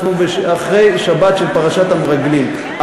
אנחנו אחרי שבת של פרשת המרגלים.